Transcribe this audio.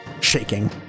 Shaking